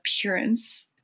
appearance